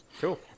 Cool